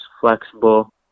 flexible